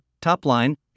top-line